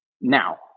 Now